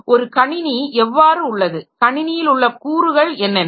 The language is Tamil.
ஒரு கணினி எவ்வாறு உள்ளது கணினியில் உள்ள கூறுகள் என்னென்ன